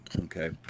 okay